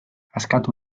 askatu